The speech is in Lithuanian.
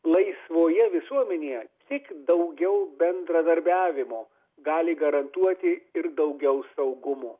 laisvoje visuomenėje tik daugiau bendradarbiavimo gali garantuoti ir daugiau saugumo